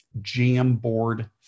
Jamboard